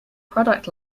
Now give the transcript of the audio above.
product